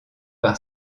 par